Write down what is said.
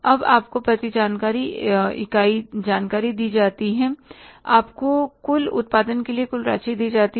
अब आपको प्रति इकाई जानकारी दी जाती है आपको कुल उत्पादन के लिए कुल राशि दी जाती है